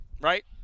right